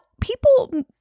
people